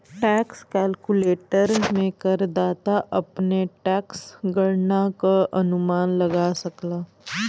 tax calculator में करदाता अपने टैक्स गणना क अनुमान लगा सकला